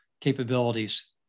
capabilities